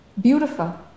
beautiful